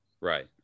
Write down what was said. Right